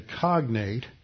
cognate